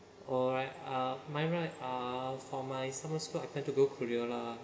alright uh mine right uh for my summer school I planned to go korea lah